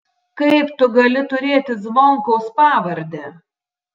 kaip tu gali turėti zvonkaus pavardę